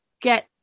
get